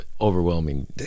overwhelming